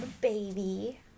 baby